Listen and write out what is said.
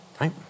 Right